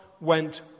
went